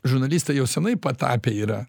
žurnalistai jau seniai patapę yra